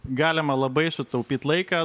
galima labai sutaupyti laiką